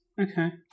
Okay